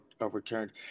overturned